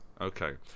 Okay